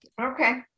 Okay